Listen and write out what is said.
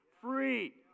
free